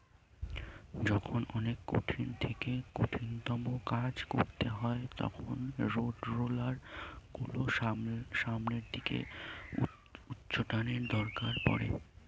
যখন অনেক কঠিন থেকে কঠিনতম কাজ করতে হয় তখন রোডরোলার গুলোর সামনের দিকে উচ্চটানের দরকার পড়ে